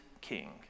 king